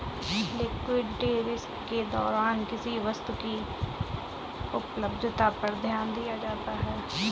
liquidity risk के दौरान किसी वस्तु की उपलब्धता पर ध्यान दिया जाता है